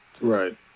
Right